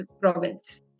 province